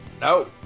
No